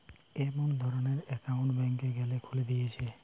এমন ধরণের একউন্ট ব্যাংকে গ্যালে খুলে দিতেছে